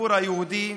בציבור היהודי,